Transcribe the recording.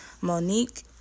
Monique